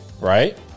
Right